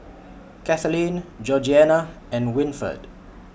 Kathaleen Georgeanna and Winford